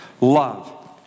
Love